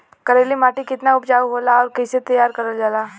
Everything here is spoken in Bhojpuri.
करेली माटी कितना उपजाऊ होला और कैसे तैयार करल जाला?